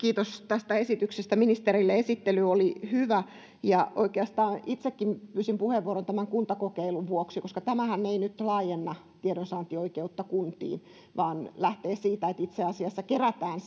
kiitos tästä esityksestä ministerille esittely oli hyvä itsekin pyysin puheenvuoron oikeastaan tämän kuntakokeilun vuoksi koska tämähän ei nyt laajenna tiedonsaantioikeutta kuntiin vaan lähtee siitä että itse asiassa kerätään